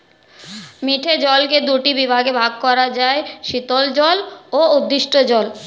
মিঠে জলকে দুটি উপবিভাগে ভাগ করা যায়, শীতল জল ও উষ্ঞ জল